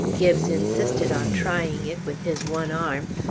gibbes insisted on trying it with his one arm,